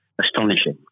astonishing